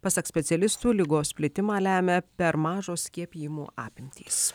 pasak specialistų ligos plitimą lemia per mažos skiepijimų apimtys